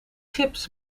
chips